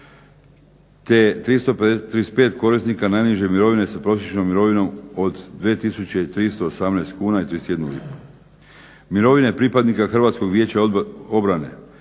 te 35 korisnika najniže mirovine sa prosječnom mirovinom od 2318 kuna i 31 lipu. Mirovine pripadnika Hrvatskog vijeća obrane